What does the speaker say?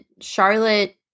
Charlotte